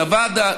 נבדה,